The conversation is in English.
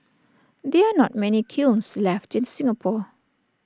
there are not many kilns left in Singapore